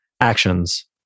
actions